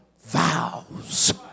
vows